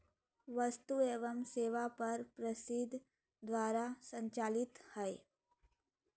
वस्तु एवं सेवा कर परिषद द्वारा संचालित हइ